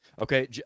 Okay